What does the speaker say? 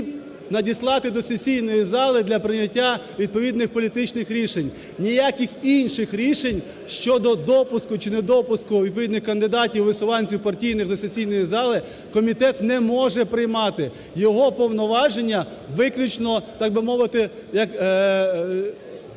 надіслати до сесійної зали для прийняття відповідних політичних рішень. Ніяких інших рішень щодо допуску чи не допуску, відповідних кандидатів-висуванців партійних із сесійної зали комітет не може приймати. Його повноваження виключно, так би мовити, як